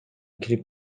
кирип